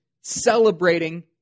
Celebrating